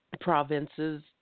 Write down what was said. provinces